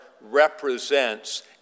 represents